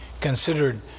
considered